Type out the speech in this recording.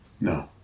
No